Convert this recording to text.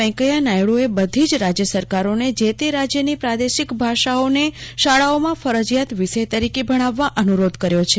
વૈકંયા નાયડુએ બધી જ રાજ્ય સરકારોને જે તે રાજ્યની પ્રાદેશિક ભાષાઓને શાળાઓમાં ફરજિયાત વિષય તરીકે ગણાવવા અનુરોધ કર્યો છે